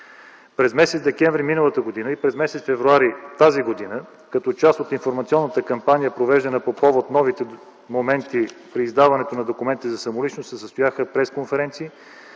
През месец декември миналата година и през месец февруари тази година, като част от информационната кампания, провеждана по повод новите моменти при издаването на документите за самоличност, се състояха пресконференции,